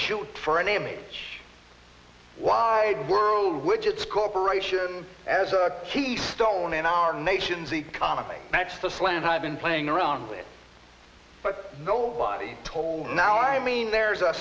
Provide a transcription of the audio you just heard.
shoot for an image wide world which is corporations as a keystone in our nation's economy that's the slant i've been playing around with but nobody told now i mean there's a